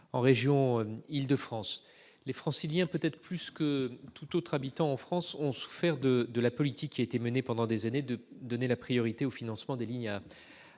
en région Île-de-France. Les Franciliens, peut-être plus que tous les autres habitants en France, ont souffert de la politique menée pendant des années et visant à donner la priorité au financement des lignes à